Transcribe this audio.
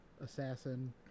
assassin